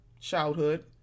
childhood